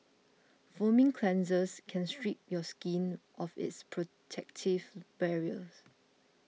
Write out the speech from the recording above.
foaming cleansers can strip your skin of its protective barriers